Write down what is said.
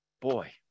boy